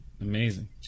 Amazing